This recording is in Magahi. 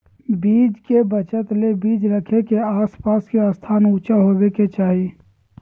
बीज के बचत ले बीज रखे के आस पास के स्थान ऊंचा होबे के चाही